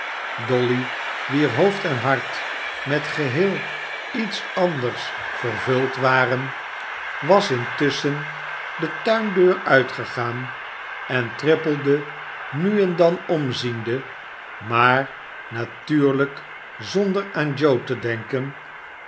dolly wier hoofd en hart met geheel iets anders vervuld waren dolly volbrengt haren last was intusschen de tuindeur uitgegaan en trippelde nu en dan omziende maar natuurlijk zonder aan joe te denken